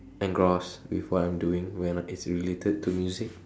engrossed with what I'm doing when it's related to music